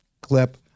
clip